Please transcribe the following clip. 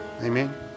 amen